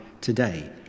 today